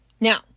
Now